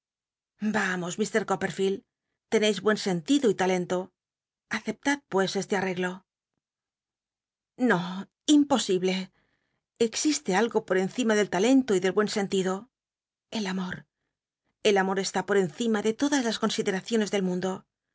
vamos h copperfield tcneis buen cnlido y lalento aceptad pues este arreglo i no i imposible existe algo por encima del talento y del buen sentido el amor el amor está por encima de todas las co nsideracioncs del munrlo